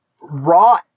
raw